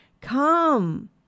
come